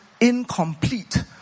incomplete